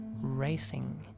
racing